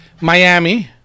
Miami